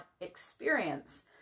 experience